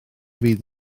fydd